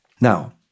Now